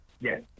Yes